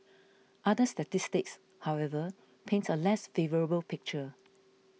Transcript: other statistics however paint a less favourable picture